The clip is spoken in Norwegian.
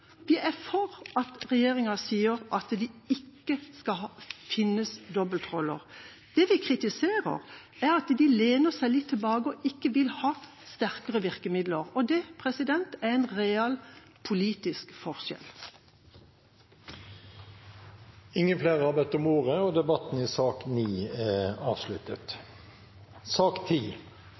Vi er for at regjeringa sier at det ikke skal finnes dobbeltroller. Det vi kritiserer, er at de lener seg litt tilbake og ikke vil ha sterkere virkemidler – og det er en real, politisk forskjell. Flere har ikke bedt om ordet til sak nr. 9. Etter ønske fra familie- og